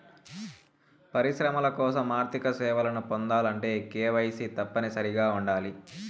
పరిశ్రమల కోసం ఆర్థిక సేవలను పొందాలంటే కేవైసీ తప్పనిసరిగా ఉండాలి